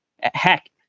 heck